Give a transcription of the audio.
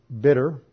bitter